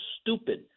stupid